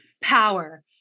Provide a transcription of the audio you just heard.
power